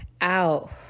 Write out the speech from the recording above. out